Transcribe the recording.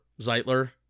Zeitler